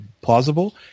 plausible